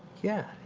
yeah,